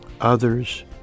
others